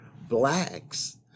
blacks